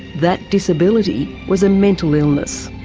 that disability was a mental illness.